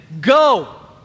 Go